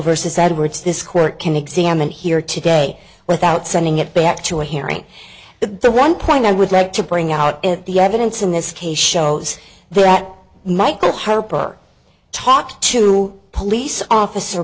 versus edwards this court can examine here today without sending it back to a hearing the one point i would like to bring out the evidence in this case shows that michael harper talked to police officer